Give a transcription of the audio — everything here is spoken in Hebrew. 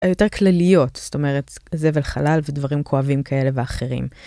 היותר כלליות, זאת אומרת, זבל חלל ודברים כואבים כאלה ואחרים.